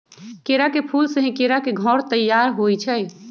केरा के फूल से ही केरा के घौर तइयार होइ छइ